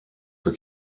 were